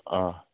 हाँ